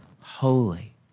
holy